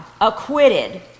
acquitted